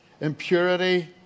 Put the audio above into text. impurity